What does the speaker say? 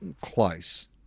Close